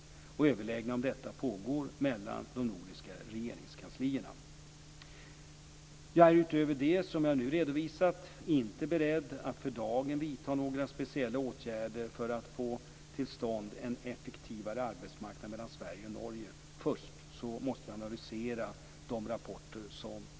Överläggningar om detta pågår mellan de nordiska regeringskanslierna. Jag är utöver det som jag nu redovisat inte beredd att för dagen vidta några speciella åtgärder för att få till stånd en effektivare arbetsmarknad mellan Sverige och Norge. Först måste vi analysera de rapporter som finns.